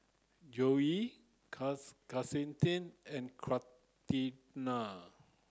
Joell Celestine and Catrina